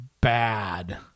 bad